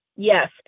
Yes